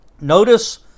Notice